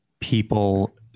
people